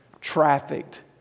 trafficked